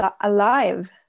alive